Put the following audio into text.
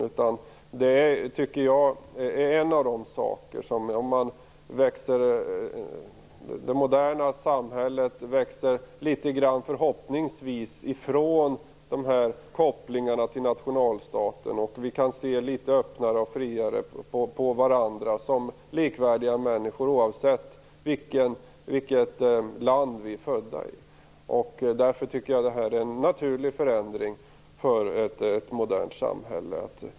Förhoppningsvis är kopplingen till nationalstaten en av de saker som det moderna samhället växer litet grand ifrån, så att vi kan se litet öppnare och friare på varandra som likvärdiga människor, oavsett vilket land vi är födda i. Därför tycker jag att det här är en naturlig förändring att genomföra för ett modernt samhälle.